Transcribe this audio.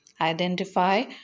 Identify